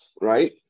Right